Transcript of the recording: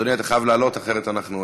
אדוני, אתה חייב לעלות, אחרת אנחנו,